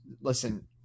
Listen